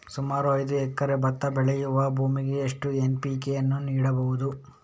ಸುಮಾರು ಐದು ಎಕರೆ ಭತ್ತ ಬೆಳೆಯುವ ಭೂಮಿಗೆ ಎಷ್ಟು ಎನ್.ಪಿ.ಕೆ ಯನ್ನು ನೀಡಬಹುದು?